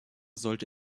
sollte